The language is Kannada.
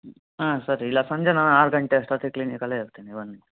ಹಾಂ ಸರಿ ಇಲ್ಲ ಸಂಜೆ ನಾನು ಆರು ಗಂಟೆ ಅಷ್ಟೊತ್ತಿಗೆ ಕ್ಲಿನಿಕ್ಕಲ್ಲೇ ಇರ್ತೀನಿ ಬನ್ನಿ